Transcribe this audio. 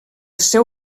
seu